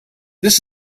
this